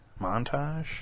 montage